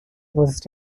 was